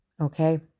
okay